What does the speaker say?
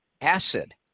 acid